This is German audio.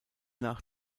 nach